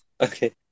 Okay